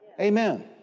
Amen